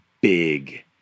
big